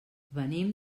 venim